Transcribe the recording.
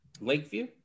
Lakeview